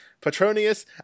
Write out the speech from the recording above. petronius